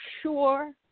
sure